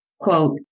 Quote